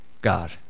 God